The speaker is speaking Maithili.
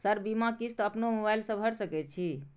सर बीमा किस्त अपनो मोबाईल से भर सके छी?